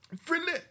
Friendly